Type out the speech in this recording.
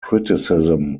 criticism